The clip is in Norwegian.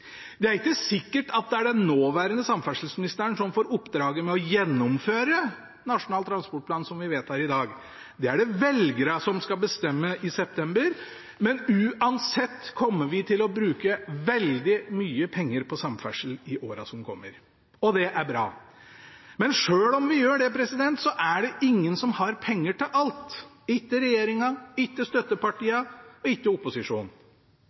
Det er ikke sikkert at det er den nåværende samferdselsministeren som får oppdraget med å gjennomføre den nasjonale transportplanen vi vedtar i dag. Det er det velgerne som skal bestemme i september, men uansett kommer vi til å bruke veldig mye penger på samferdsel i årene som kommer. Og det er bra. Men selv om vi gjør det, er det ingen som har penger til alt – ikke regjeringen, ikke støttepartiene og ikke opposisjonen.